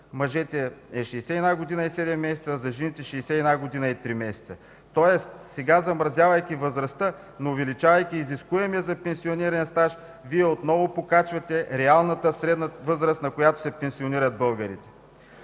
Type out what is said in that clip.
мъжете тя е 61 години и 7 месеца, а за жените – 61 години и 3 месеца. Следователно сега, замразявайки възрастта, но увеличавайки изискуемия за пенсиониране стаж, Вие отново покачвате реалната средна възраст, на която се пенсионират българите.